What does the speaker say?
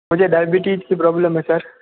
मुझे डाइबिटीज की प्रॉब्लम है सर